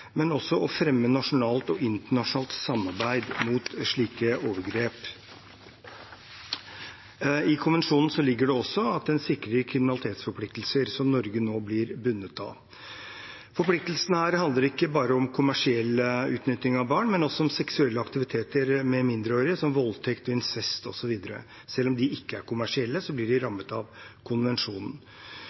men også å fremme nasjonalt og internasjonalt samarbeid mot slike overgrep. I konvensjonen ligger det også at en sikrer kriminaliseringsforpliktelser, som Norge nå blir bundet av. Forpliktelsene her handler ikke bare om kommersiell utnytting av barn, men også om seksuelle aktiviteter med mindreårige, som voldtekt, incest osv. – selv om disse ikke er kommersielle, blir de rammet av konvensjonen.